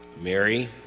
Mary